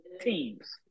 teams